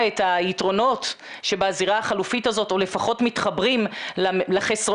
את היתרונות שבזירה החלופית הזאת או לפחות מתחברים לחסרונות